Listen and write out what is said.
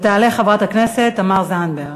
תעלה חברת הכנסת תמר זנדברג.